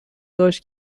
داشت